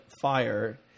fire